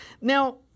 Now